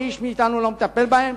שאיש מאתנו לא מטפל בהן.